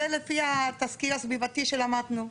זה לפי התסקיר הסביבתי שלמדנו,